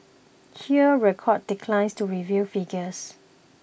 Hear Records declines to reveal figures